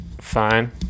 fine